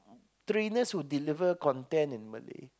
trainers who deliver content in Malay